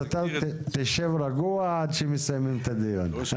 אתה תשב רגוע עד שנסיים את הדיון.